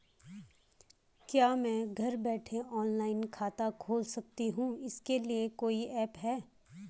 क्या मैं घर बैठे ऑनलाइन खाता खोल सकती हूँ इसके लिए कोई ऐप है?